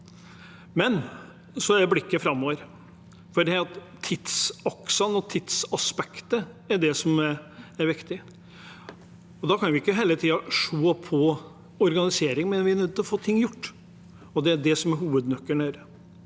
Nå må blikket rettes framover, for tidsaksene og tidsaspektet er det som er viktig. Da kan vi ikke hele tiden se på organisering, vi er nødt til å få ting gjort. Det er det som er hovednøkkelen her.